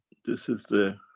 this is the,